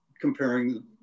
comparing